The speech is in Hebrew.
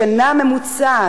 בשנה יש בממוצע,